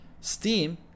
Steam